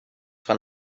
fan